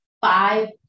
Five